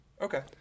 okay